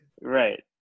Right